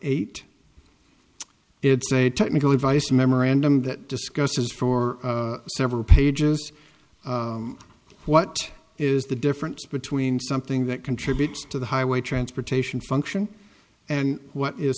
eight it's a technical advice memorandum that discusses for several pages what is the difference between something that contributes to the highway transportation function and what is